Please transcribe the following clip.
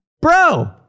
bro